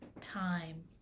time